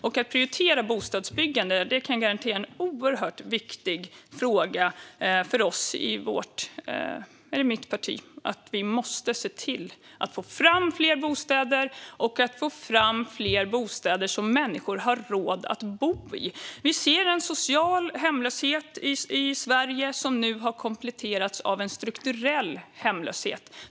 Miljöpartiet prioriterar garanterat bostadsbyggandet. Vi måste se till att få fram fler bostäder och fler bostäder som människor har råd att bo i. Den sociala hemlösheten i Sverige har kompletterats av en strukturell hemlöshet.